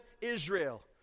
Israel